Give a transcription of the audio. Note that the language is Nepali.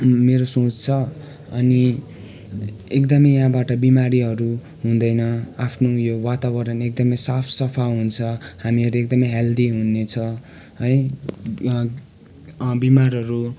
मेरो सोच छ अनि एकदमै यहाँबाट बिमारीहरू हुँदैन आफ्नो यो वातावरण एकदमै साफ सफा हुन्छ हामीहरू एकदमै हेल्दी हुनेछ है बिमारहरू